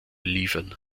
liefern